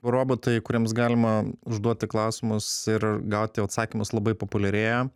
robotai kuriems galima užduoti klausimus ir gauti atsakymus labai populiarėja